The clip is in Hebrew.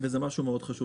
וזה משהו חשוב מאוד.